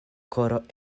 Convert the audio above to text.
koro